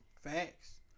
Facts